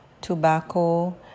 tobacco